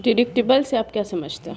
Deductible से आप क्या समझते हैं?